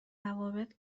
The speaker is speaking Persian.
روابط